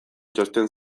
txosten